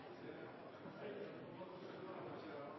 Det sier